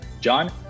John